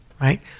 Right